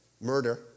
murder